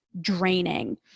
draining